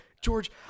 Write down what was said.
George –